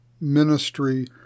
ministry